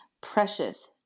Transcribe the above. precious